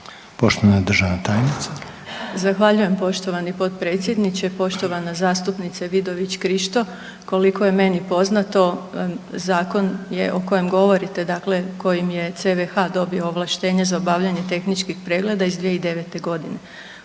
Vuksanović, Irena (HDZ)** Zahvaljujem poštovani potpredsjedniče, poštovana zastupnice Vidović Krišto. Koliko je meni poznato, zakon je o kojem govorite, dakle kojim je CVH dobio ovlaštenje za obavljanje tehničkih pregleda iz 2009. g.